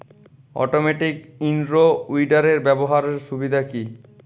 Automatic in row উইডারের ব্যবহারের সুবিধা কি?